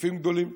בהיקפים גדולים,